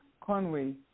Conway